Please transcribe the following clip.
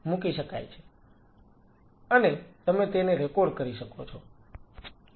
અને તમે તેને રેકોર્ડ કરી શકો છો